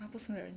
!huh! 不什么人